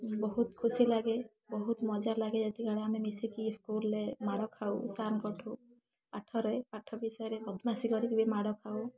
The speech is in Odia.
ବହୁତ ଖୁସି ଲାଗେ ବହୁତ ମଜା ଲାଗେ ଯେତେକି ବେଳେ ଆମେ ମିଶିକି ସ୍କୁଲରେ ମାଡ଼ ଖାଉ ସାରଙ୍କଠୁ ପାଠରେ ପାଠ ବିଷୟରେ ବଦମାସି କରିକି ବି ମାଡ଼ ଖାଉ